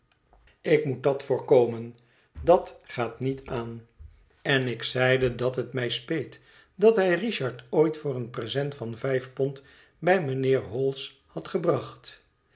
ik moet dat voorkomen dat gaat niet aan en ik zeide dat het mij speet dat hij richard ooit voor een present van vijf pond bij mijnheer yholes had gebracht